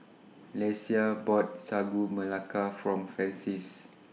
Lesia bought Sagu Melaka For Francies